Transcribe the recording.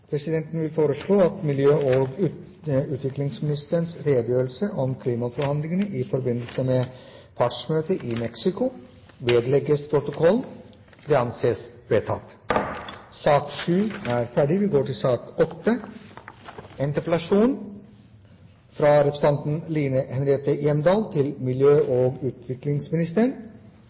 Presidenten vil foreslå at miljø- og utviklingsministerens redegjørelse om klimaforhandlingene i forbindelse med partsmøtet i Mexico vedlegges protokollen. – Det anses vedtatt.